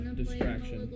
distraction